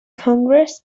congress